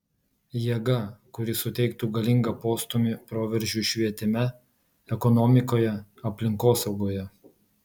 jėga kuri suteiktų galingą postūmį proveržiui švietime ekonomikoje aplinkosaugoje